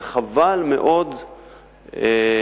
וחבל מאוד לקעקע